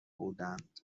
بودند